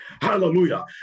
Hallelujah